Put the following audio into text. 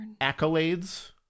Accolades